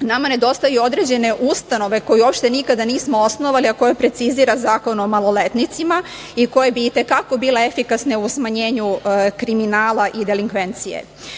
Nama nedostaju određene ustanove koje uopšte nikada nismo osnovali, a koje precizira Zakon o maloletnicima i koje bi i te kako bile efikasne u smanjenju kriminala i delikvencije. Nama